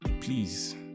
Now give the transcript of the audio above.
Please